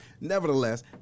nevertheless